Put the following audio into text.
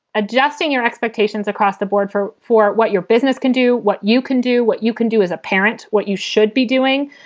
adjusting your expectations across the board for for what your business can do, what you can do, what you can do as a parent, what you should be doing?